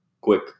quick